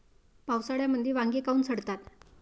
पावसाळ्यामंदी वांगे काऊन सडतात?